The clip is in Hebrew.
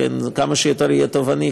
כמה שיותר יהיה תובעני,